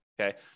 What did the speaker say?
okay